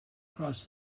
cross